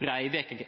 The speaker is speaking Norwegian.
Breivik si